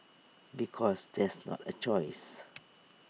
because that's not A choice